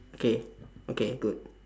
okay okay good